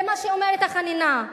זה מה שאומרת החנינה.